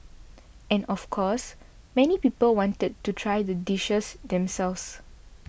and of course many people wanted to try the dishes themselves